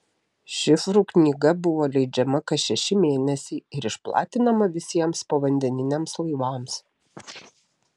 šifrų knyga buvo leidžiama kas šeši mėnesiai ir išplatinama visiems povandeniniams laivams